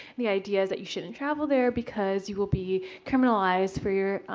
the idea is that you shouldn't travel there because you will be criminalized for your